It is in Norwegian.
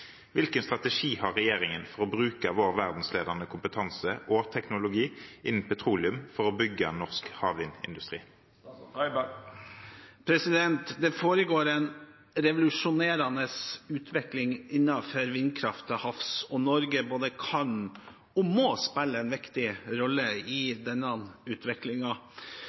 Hvilken strategi har regjeringen for å bruke vår verdensledende kompetanse og teknologi innen petroleum for å bygge norsk havvindindustri?» Det foregår en revolusjonerende utvikling innenfor vindkraft til havs, og Norge både kan og må spille en viktig rolle i denne